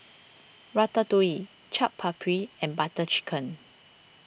Ratatouille Chaat Papri and Butter Chicken